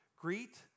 Greet